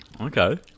Okay